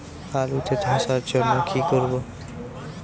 আলুতে ধসার জন্য কি করব?